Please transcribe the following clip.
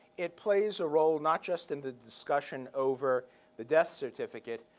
it plays a role not just in the discussion over the death certificate,